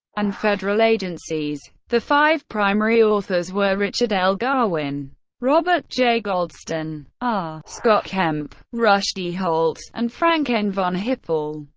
and federal agencies. the five primary authors were richard l. garwin robert j. goldston r. ah scott kemp rush d. holt and frank n. von hippel.